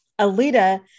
Alita